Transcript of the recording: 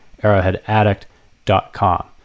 arrowheadaddict.com